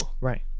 Right